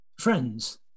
friends